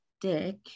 dick